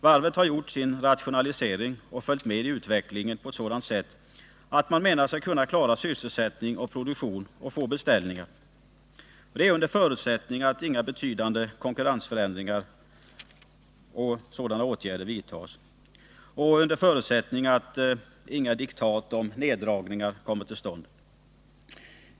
Varvet har gjort sin rationalisering och följt med i utvecklingen på ett sådant sätt att man menat sig kunna klara sysselsättning och produktion och få beställningar — under förutsättning att inga betydande konkurrensförändrande åtgärder vidtas och att inga diktat om neddragningar kommer till stånd.